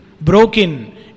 broken